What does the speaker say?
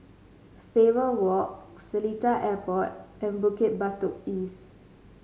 Faber Walk Seletar Airport and Bukit Batok East